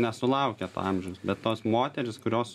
nesulaukia to amžiaus bet tos moterys kurios